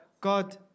God